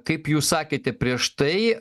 kaip jūs sakėte prieš tai